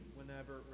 whenever